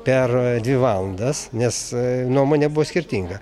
per dvi valandas nes nuomonė buvo skirtinga